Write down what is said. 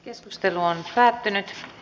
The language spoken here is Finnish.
keskustelu päättyi